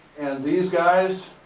these guys,